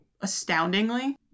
astoundingly